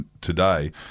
today